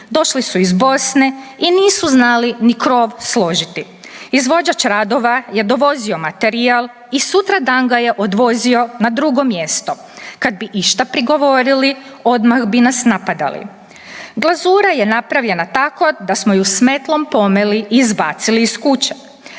Došli su iz Bosne i nisu znali ni krov složiti. Izvođač radova je dovozio materijal i sutradan ga je odvozio na drugo mjesto. Kada bi išta prigovorili odmah bi nas napadali. Glazura je napravljena tako da smo ju s metlom pomeli i izbacili iz kuće,